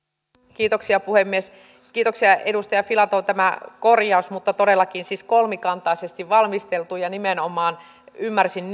kiitoksia puhemies kiitoksia edustaja filatov tästä korjauksesta mutta todellakin tämä on siis kolmikantaisesti valmisteltu ja ymmärsin